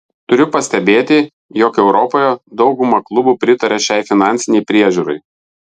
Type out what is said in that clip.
turiu pastebėti jog europoje dauguma klubų pritaria šiai finansinei priežiūrai